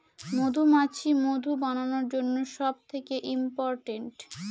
মধুমাছি মধু বানানোর জন্য সব থেকে ইম্পোরট্যান্ট